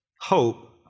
hope